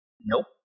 Nope